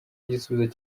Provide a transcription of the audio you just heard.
igisubizo